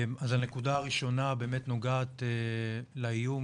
אז הנקודה הראשונה באמת נוגעת לאיום